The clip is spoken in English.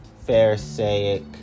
pharisaic